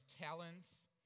talents